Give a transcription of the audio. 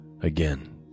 Again